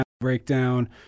breakdown